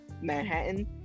Manhattan